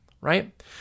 right